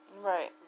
Right